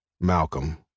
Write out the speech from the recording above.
Malcolm